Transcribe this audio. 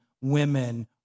women